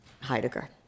Heidegger